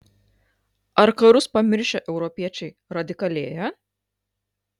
ar karus pamiršę europiečiai radikalėja